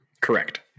Correct